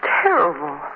terrible